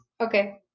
Okay